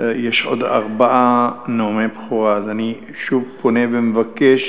עוד ארבעה נאומי בכורה, אז אני שוב פונה ומבקש,